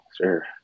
sure